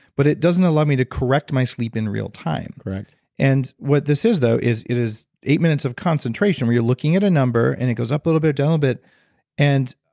but it doesn't allow me to correct my sleep in real time correct and what this is though is, it is eight minutes of concentration where you're looking at a number and it goes up a little bit, down a bit. and